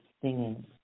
singing